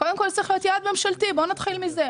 קודם כל זה צריך להיות יעד ממשלתי, נתחיל מזה.